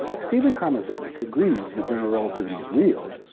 steven karmazenuk agrees that general relativity is real,